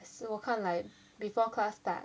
是我看 like before class start